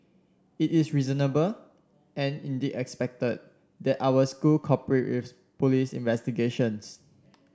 it is reasonable and indeed expected that our school cooperate with police investigations